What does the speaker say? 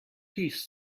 piece